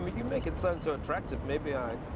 but you make it sound so attractive, maybe i.